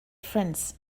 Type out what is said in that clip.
friends